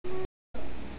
জমিতে ধড়কন কেন দেবো?